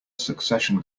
succession